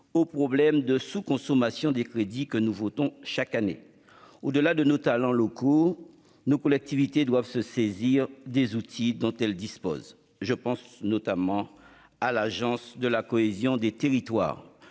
au problème de la sous-consommation des crédits que nous votons chaque année. Au-delà de nos talents locaux, nos collectivités doivent se saisir des outils dont elles disposent- je pense notamment à l'Agence nationale de la cohésion des territoires.